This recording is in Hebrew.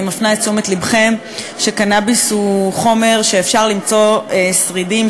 אני מפנה את תשומת לבכם לכך שקנאביס הוא חומר שאפשר למצוא שרידים,